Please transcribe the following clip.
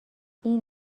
این